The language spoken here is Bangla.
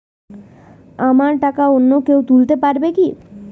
আমার টাকা অন্য কেউ তুলতে পারবে কি?